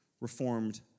reformed